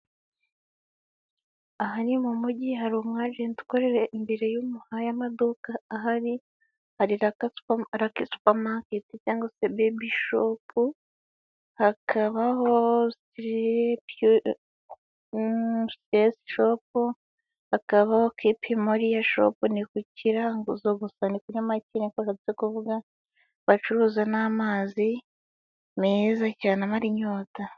Aha ni mu mujyi hari umwajeti ukorera imbere y'amaduka ahari, hari raka supa maketi cyangwa se bebi shopu, hakabaho stss shopu, hakabaho kipe muriyo shop, ni ku kiranguzo gusa ni kuri make niko bishatse kuvuga bacuruza n'amazi meza cyane amara inyota.